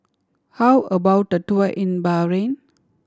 how about a tour in Bahrain